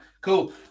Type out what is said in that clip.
Cool